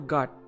God